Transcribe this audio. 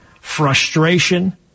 frustration